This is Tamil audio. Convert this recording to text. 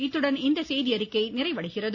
இத்துடன் இந்த செய்தியறிக்கை முடிவடைந்தது